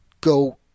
go